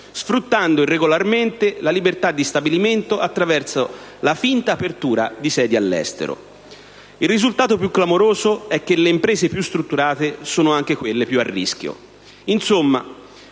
sfruttando irregolarmente la libertà di stabilimento attraverso la finta apertura di sedi all'estero. Il risultato più clamoroso è che le imprese più strutturate sono anche quelle più a rischio.